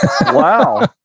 wow